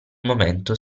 momento